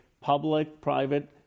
public-private